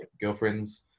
girlfriends